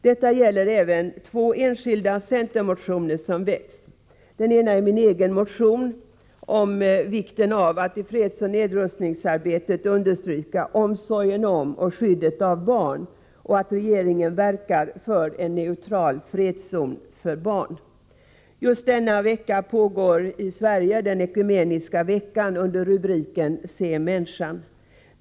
Detta gäller även två enskilda centermotioner. Den ena är min egen motion om vikten av att i fredsoch nedrustningsarbetet understryka omsorgen om och skyddet av barn och att regeringen verkar för en neutral fredszon för barn. Just denna vecka pågår i Sverige den ekumeniska veckan under rubriken Se människan!